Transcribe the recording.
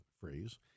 phrase